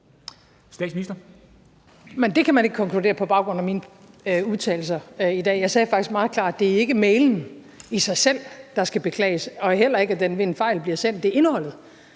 Men det kan man ikke konkludere på baggrund af mine udtalelser i dag. Jeg sagde faktisk meget klart, at det ikke er mailen i sig selv, der skal beklages, og heller ikke, at den ved en fejl bliver sendt. Det er indholdet,